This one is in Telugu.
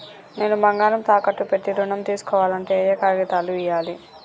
నేను బంగారం తాకట్టు పెట్టి ఋణం తీస్కోవాలంటే ఏయే కాగితాలు ఇయ్యాలి?